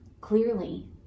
clearly